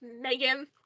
Megan